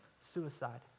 suicide